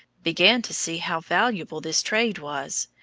began to see how valuable this trade was,